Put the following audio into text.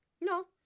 No